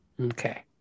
Okay